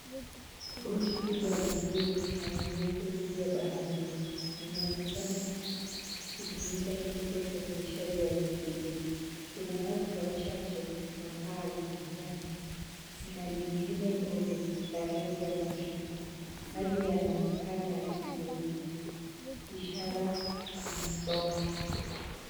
Boti kubwa la bluu na nyeupe ikiwa baharini. Inaonekana kutumika katika usafirishaji wa mizigo. Kuna watu wachache na paa la kijani. Kuna lingine ndogo na rangi ya machungwa. Maji yanaonekana yakivurugika, ishara inasonga.